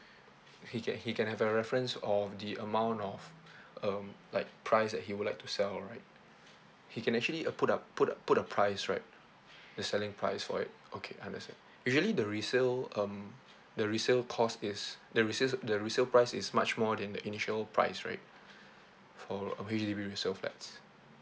he can he can have a reference on the amount of um like price that he would like to sell right he can actually uh put up put a put a price right the selling price for it okay understand usually the resale um the resale cost is the resale the resale price is much more than the initial price right for uh H_D_B resale flats